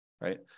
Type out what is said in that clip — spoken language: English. right